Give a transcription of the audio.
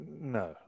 no